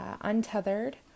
Untethered